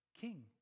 king